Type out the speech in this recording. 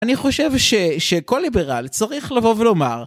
אני חושב שכל ליברל צריך לבוא ולומר